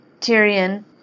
Tyrion